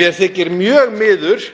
Mér þykir mjög miður